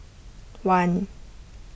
one